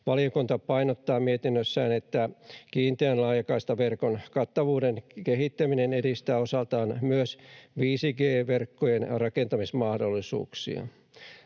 Valiokunta painottaa mietinnössään, että kiinteän laajakaistaverkon kattavuuden kehittäminen edistää osaltaan myös 5G-verkkojen rakentamismahdollisuuksia.